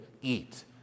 eat